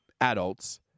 adults